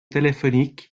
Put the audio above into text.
téléphoniques